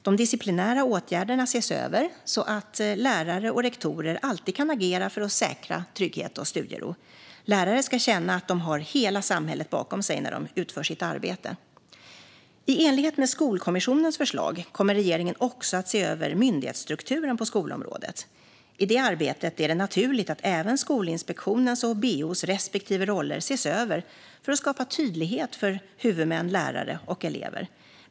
De disciplinära åtgärderna ses över så att lärare och rektorer alltid kan agera för att säkra trygghet och studiero. Lärarna ska känna att de har hela samhället bakom sig när de utför sitt arbete. I enlighet med Skolkommissionens förslag kommer regeringen också att se över myndighetsstrukturen på skolområdet. I det arbetet är det naturligt att även Skolinspektionens och BEO:s respektive roller ses över för att skapa tydlighet för huvudmän, lärare och elever.